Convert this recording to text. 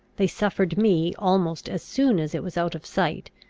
they suffered me, almost as soon as it was out of sight,